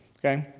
okay?